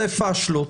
מדבר עליהם זה פשלות,